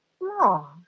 no